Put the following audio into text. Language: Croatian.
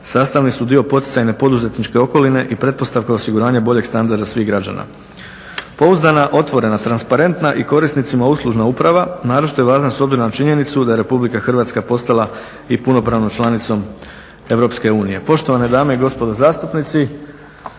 sastavni su dio poticajne poduzetničke okoline i pretpostavka osiguranja boljeg standarda svih građana. Pouzdana, otvorena, transparentna i korisnicima uslužna uprava naročito je važna s obzirom na činjenicu da je RH postala i punopravnom članicom EU. Poštovane dame i gospodo zastupnici,